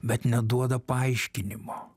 bet neduoda paaiškinimo